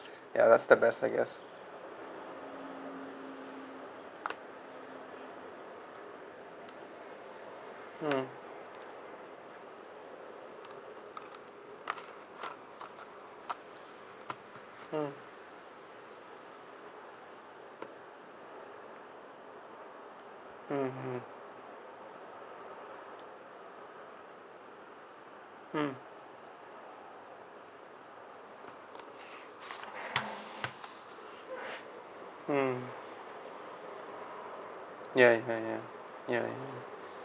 ya that's the best thing yes hmm mm mm mm mm mm ya ya ya ya ya